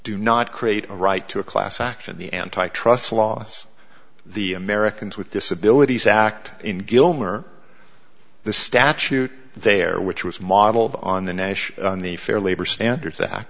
do not create a right to a class action the anti trust laws the americans with disabilities act in gilmer the statute there which was modeled on the nation on the fair labor standards